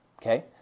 okay